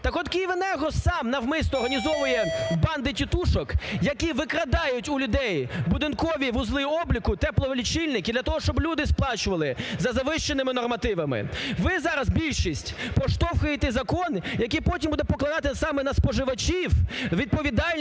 Так от "Київенерго" сам навмисно організовує банди тітушок, які викрадають у людей будинкові вузли обліку, теплолічильники для того, щоб люди сплачували за завищеними нормативами. Ви зараз, більшість, проштовхуєте закон, який потім буде покладати саме на споживачів відповідальність